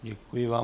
Děkuji vám.